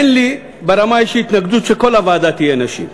אין לי ברמה האישית התנגדות שכל הוועדה תהיה נשים,